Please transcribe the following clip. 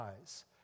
eyes